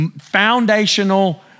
foundational